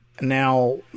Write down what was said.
Now